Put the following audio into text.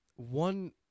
one